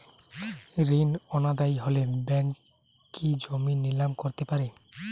ঋণ অনাদায়ি হলে ব্যাঙ্ক কি জমি নিলাম করতে পারে?